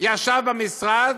ישב במשרד